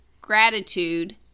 gratitude